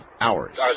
hours